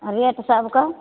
आ रेट सभके